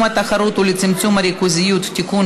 התחרות ולצמצום הריכוזיות (תיקון,